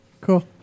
Cool